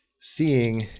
seeing